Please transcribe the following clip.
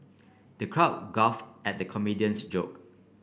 the crowd guffaw at the comedian's joke